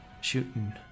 Shooting